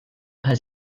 has